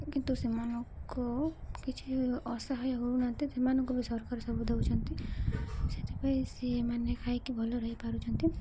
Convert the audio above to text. କିନ୍ତୁ ସେମାନଙ୍କୁ କିଛି ଅସହାୟ ହଉନାହାନ୍ତି ସେମାନଙ୍କୁ ବି ସରକାର ସବୁ ଦେଉଛନ୍ତି ସେଥିପାଇଁ ସିଏମାନେ ଖାଇକି ଭଲ ରହିପାରୁଛନ୍ତି